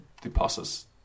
Deposits